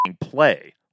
play